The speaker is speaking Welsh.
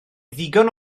ddigon